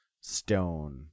stone